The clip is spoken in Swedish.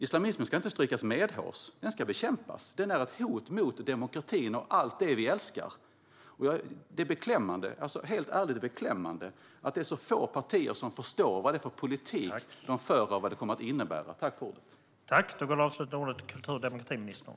Islamismen ska inte strykas medhårs. Den ska bekämpas. Den är ett hot mot demokratin och allt det som vi älskar. Det är beklämmande att så få partier förstår vilken politik det är de för och vad det kommer att innebära.